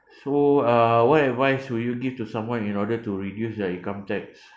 so uh what advice would you give to someone in order to reduce their income tax